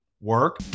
work